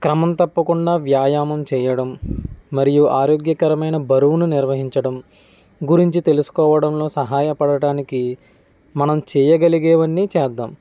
క్రమం తప్పకుండా వ్యాయామం చేయడం మరియు ఆరోగ్యకరమైన బరువును నిర్వహించడం గురించి తెలుసుకోవడంలో సహాయపడటానికి మనం చేయగలిగేవన్నీ చేద్దాం